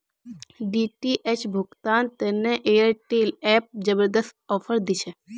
DTH भुगतान तने Airtel app जबरदस्त ऑफर दी छे